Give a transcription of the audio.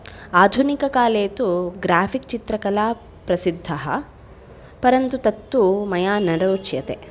आधुनिककाले तु ग्राफ़िक् चित्रकला प्रसिद्धः परन्तु तत्तु मया न रोचते